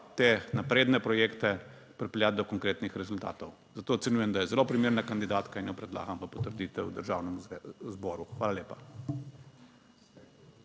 te napredne projekte pripeljati do konkretnih rezultatov. Zato ocenjujem, da je zelo primerna kandidatka in jo predlagam v potrditev Državnemu zboru. Hvala lepa.